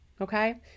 okay